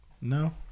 No